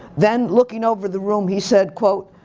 then looking over the room, he said, quote,